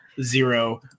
zero